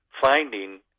finding